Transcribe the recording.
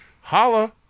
holla